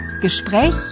Gespräch